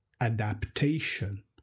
adaptation